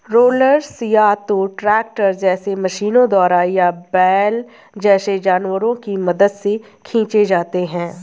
rollers या तो tractor जैसे मशीनों द्वारा या बैल जैसे जानवरों की मदद से खींचे जाते हैं